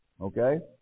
okay